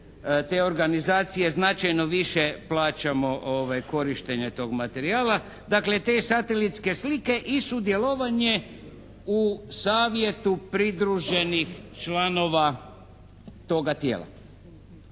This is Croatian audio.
te organizacije značajno više plaćamo korištenje tog materijala. Dakle te satelitske slike i sudjelovanje u savjetu pridruženih članova toga tijela.